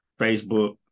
Facebook